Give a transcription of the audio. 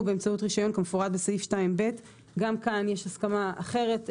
באמצעות רישיון כמפורט בסעיף 2(ב)." גם כאן יש הסכמה אחרת,